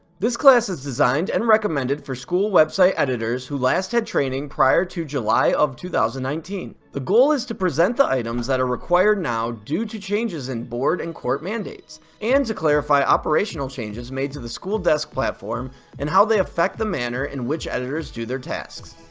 this class is designed and recommended for school website editors who last had training prior to july of two thousand and nineteen. the goal is to present the items that are required now due to changes in board and court mandates, and to clarify operational changes made to the schooldesk platform and how they affect the manner in which editors do their tasks.